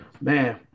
man